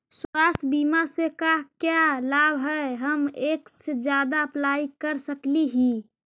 स्वास्थ्य बीमा से का क्या लाभ है हम एक से जादा अप्लाई कर सकली ही?